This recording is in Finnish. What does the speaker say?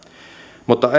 mutta